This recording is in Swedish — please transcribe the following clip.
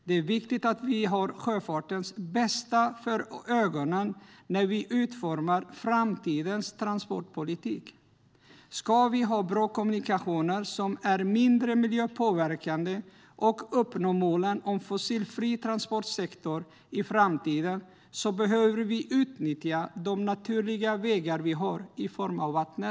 Det är viktigt att vi har sjöfartens bästa för ögonen när vi utformar framtidens transportpolitik. Ska vi ha bra kommunikationer som är mindre miljöpåverkande och uppnå målen om en fossilfri transportsektor i framtiden behöver vi utnyttja de naturliga vägar vi har i form av vattnet.